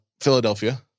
Philadelphia